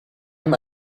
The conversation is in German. ihm